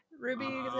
Ruby